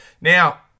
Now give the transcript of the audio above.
Now